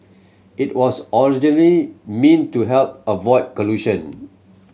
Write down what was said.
it was originally meant to help avoid collision